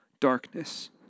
darkness